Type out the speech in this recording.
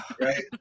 right